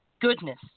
goodness